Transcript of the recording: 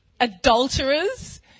Adulterers